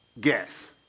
guess